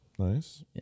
Nice